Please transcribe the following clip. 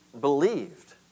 believed